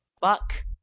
buck